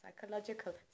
psychological